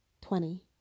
Twenty